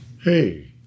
Hey